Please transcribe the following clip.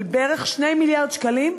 של בערך 2 מיליארד שקלים,